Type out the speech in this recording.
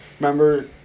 remember